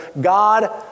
God